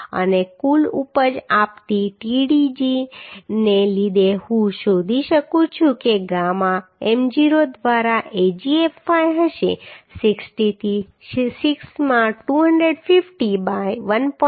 અને કુલ ઉપજ આપતી Tdg ને લીધે હું શોધી શકું છું કે ગામા m0 દ્વારા Agfy હશે 60 થી 6 માં 250 બાય 1